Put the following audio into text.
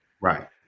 Right